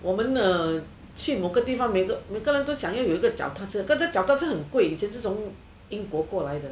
我们 uh 去某个地方每个人都想要有一个脚踏车可是脚踏车很贵以前是从英国过来的